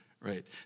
right